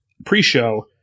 pre-show